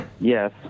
Yes